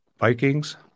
Vikings